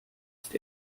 ist